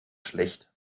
schlecht